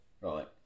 right